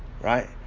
Right